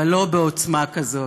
אבל לא בעוצמה כזאת,